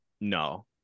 no